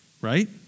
Right